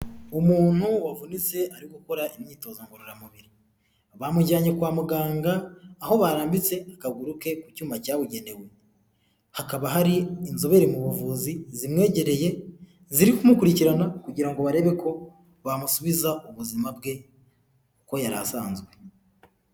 Umuntu wavunitse ari gukora imyitozo ngororamubiri bamujyanye kwa muganga aho barambitse akaguru ke ku cyuyuma cyabugenewe hakaba hari inzobere mu buvuzi zimwegereye ziri kumukurikirana kugira ngo barebe ko bamusubiza ubuzima bwe ko yari asanzwe.